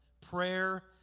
prayer